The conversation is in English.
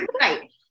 Right